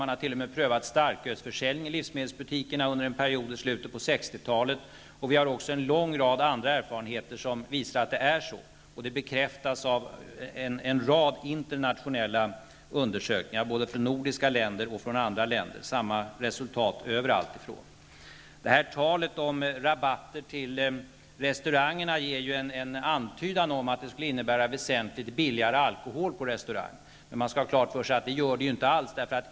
Man har t.o.m. prövat starkölsförsäljning i livsmedelsbutiker under en period i slutet av 60-talet. Vi har också en lång rad andra erfarenheter som visar att det är på detta sätt, och det bekräftas av en rad internationella undersökningar, både från nordiska länder och från andra länder. Man får samma resultat från alla håll. Talet om rabatter till restauranger ger en antydan om att det skulle innebära väsentligt billigare alkohol för kunderna på restaurangerna. Men man skall ha klart för sig att det gör det inte alls.